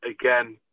Again